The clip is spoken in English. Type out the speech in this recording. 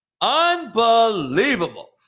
Unbelievable